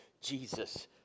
Jesus